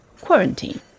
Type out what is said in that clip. quarantine